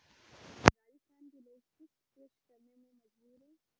राजस्थान के लोग शुष्क कृषि करने पे मजबूर हैं